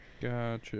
gotcha